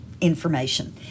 information